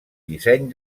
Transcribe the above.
disseny